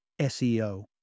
SEO